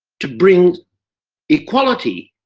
to bring equality.